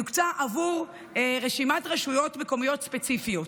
יוקצה עבור רשימת רשויות מקומיות ספציפיות.